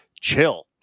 chill